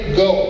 go